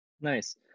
Nice